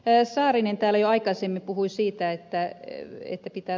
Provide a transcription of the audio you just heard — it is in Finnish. saarinen täällä jo aikaisemmin puhui siitä että ey yritti pitää